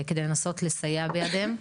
כדי לנסות לסייע בידם.